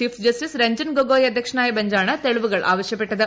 chief justice Ranjan Gogoi അധ്യക്ഷനായ ബഞ്ചാണ് തെളിവുകൾ ആവശ്യപ്പെട്ടത്